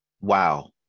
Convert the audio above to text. Wow